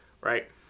right